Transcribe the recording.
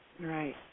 Right